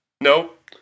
Nope